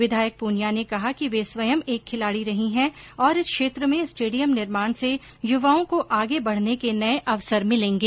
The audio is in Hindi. विधायक पूनिया ने कहा कि वे स्वयं एक खिलाड़ी रही हैं और इस क्षेत्र में स्टेडियम निर्माण से युवाओं को आगे बढने के नये अवसर मिलेंगे